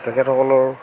তেখেতসকলৰ